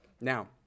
Now